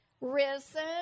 risen